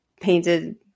painted